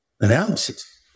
analysis